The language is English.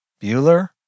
Bueller